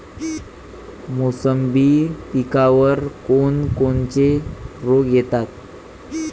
मोसंबी पिकावर कोन कोनचे रोग येतात?